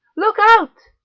look out!